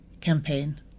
campaign